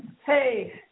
Hey